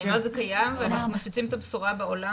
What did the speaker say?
זה קיים ואנחנו מפיצים את הבשורה בעולם